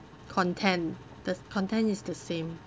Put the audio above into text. content the content is the same